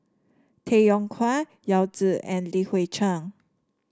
Tay Yong Kwang Yao Zi and Li Hui Cheng